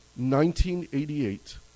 1988